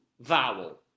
vowel